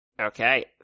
Okay